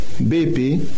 BP